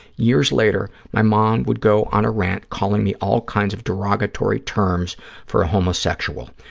years later, my mom would go on a rant, calling me all kinds of derogatory terms for a homosexual.